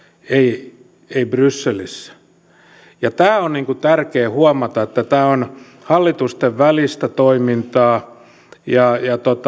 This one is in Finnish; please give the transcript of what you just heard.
ei ei brysselissä on tärkeää huomata että tämä on hallitusten välistä toimintaa ja